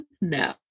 no